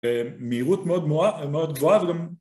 מהירות מאוד מואה מאוד גבוהה